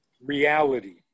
reality